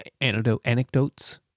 anecdotes